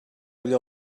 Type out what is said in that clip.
olla